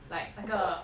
like 那个